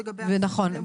נכון,